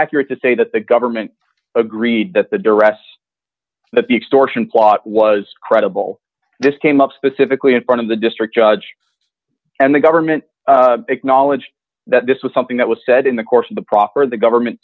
accurate to say that the government agreed that the duress that the extortion plot was credible this came up specifically in front of the district judge and the government acknowledged that this was something that was said in the course of the proper the government